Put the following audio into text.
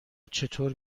چطور